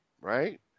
right